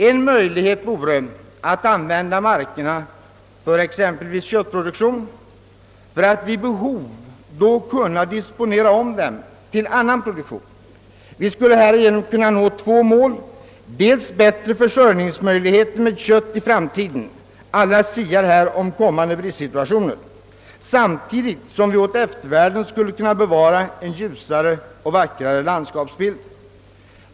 En möjlighet vore att använda markerna till köttproduktion för att vid behov då kunna disponera om dem till annan produktion. Vi skulle härigenom kunna nå två mål: bättre försörjningsmöjligheter med kött i framtiden — alla siar här om kommande bristsituationer — samtidigt som vi åt eftervärlden skulle kunna bevara en ljusare och vackrare landskapsbild.